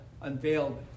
unveiled